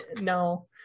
No